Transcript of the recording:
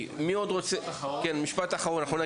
עוד דבר אחד.